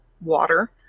water